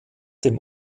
dem